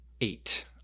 eight